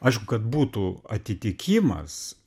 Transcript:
aišku kad būtų atitikimas